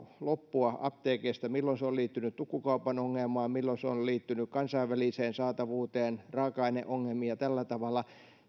loppua apteekeista milloin se on liittynyt tukkukaupan ongelmaan milloin se on liittynyt kansainväliseen saatavuuteen raaka aineongelmiin ja tällä tavalla